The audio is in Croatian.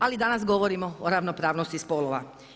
Ali danas govorimo o ravnopravnosti spolova.